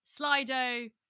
Slido